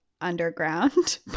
underground